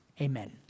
Amen